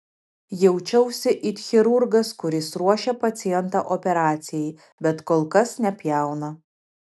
jaučiausi it chirurgas kuris ruošia pacientą operacijai bet kol kas nepjauna